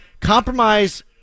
Compromise